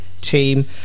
team